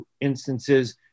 instances